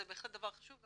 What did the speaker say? זה בהחלט דבר חשוב.